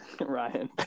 Ryan